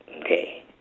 Okay